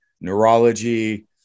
neurology